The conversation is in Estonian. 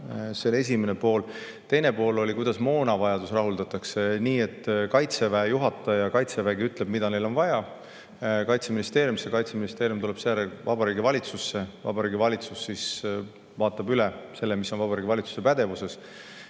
[Küsimuse] teine pool oli, kuidas moonavajadus rahuldatakse. Niimoodi, et Kaitseväe juhataja ja Kaitsevägi ütlevad, mida neil on vaja, Kaitseministeeriumile. Kaitseministeerium tuleb seejärel Vabariigi Valitsusse. Vabariigi Valitsus vaatab üle selle, mis on Vabariigi Valitsuse pädevuses.